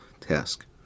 task